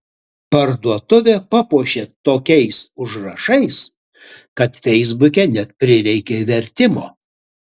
parduotuvę papuošė tokiais užrašais kad feisbuke net prireikė vertimo